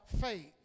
faith